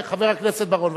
חבר הכנסת בר-און,